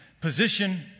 position